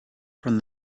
from